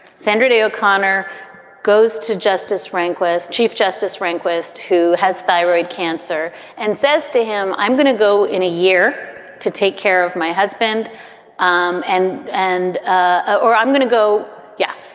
sandra day o'connor goes to justice rehnquist, chief justice rehnquist, who has thyroid cancer and says to him, i'm going to go in a year to take care of my husband um and and ah or i'm going to go, yeah,